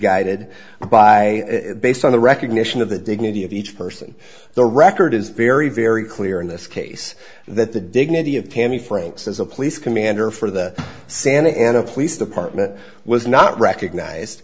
guided by based on the recognition of the dignity of each person the record is very very clear in this case that the dignity of tammy franks as a police commander for the santa ana police department was not recognized